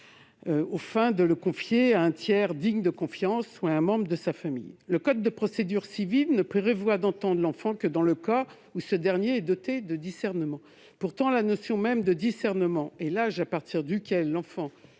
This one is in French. question de les confier à un tiers digne de confiance ou à un membre de leur famille. Le code de procédure civile ne prévoit l'audition de l'enfant que dans le cas où ce dernier est capable de discernement. Pourtant, la notion même de discernement et l'âge à partir duquel l'enfant